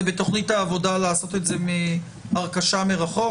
זה בתוכנית העבודה לעשות את זה מזיהוי באמצעים מרחוק?